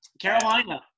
Carolina